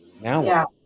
Now